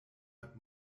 hört